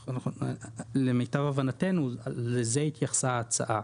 למיטב הבנתנו לזה התייחסה ההצעה.